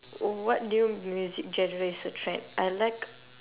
what do you music generates a trend I like